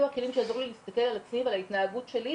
גורמים לנזקים שלא פוסחים לא על אף טווח גיל ולא על אף פלח אוכלוסייה,